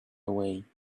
away